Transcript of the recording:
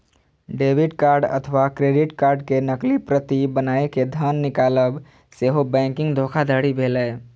debit card अथवा credit card के नकली प्रति बनाय कें धन निकालब सेहो बैंकिंग धोखाधड़ी भेलै